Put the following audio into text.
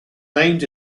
named